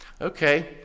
Okay